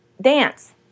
dance